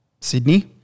Sydney